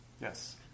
Yes